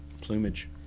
Plumage